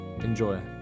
Enjoy